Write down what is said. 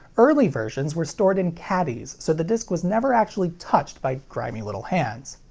early versions were stored in caddies so the disc was never actually touched by grimy little hands.